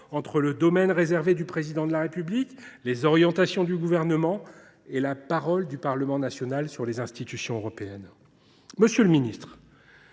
entre le domaine réservé du Président de la République, les orientations du Gouvernement et la parole du Parlement national sur les institutions européennes ? Vous qui étiez